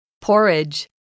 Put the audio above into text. Porridge